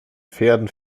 pferden